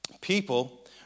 People